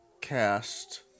cast